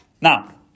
Now